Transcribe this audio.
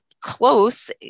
close